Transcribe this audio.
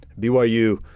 BYU